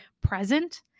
present